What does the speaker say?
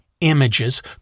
images